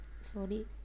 sorry